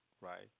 Right